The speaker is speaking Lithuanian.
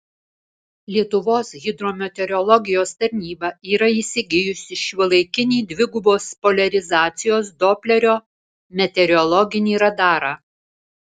lietuvos hidrometeorologijos tarnyba yra įsigijusi šiuolaikinį dvigubos poliarizacijos doplerio meteorologinį radarą